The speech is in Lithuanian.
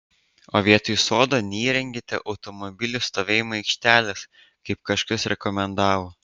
o vietoj sodo neįrengėte automobilių stovėjimo aikštelės kaip kažkas rekomendavo